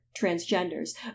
transgenders